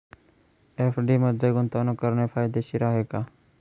FD मध्ये गुंतवणूक करणे फायदेशीर आहे का?